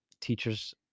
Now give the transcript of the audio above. teacher's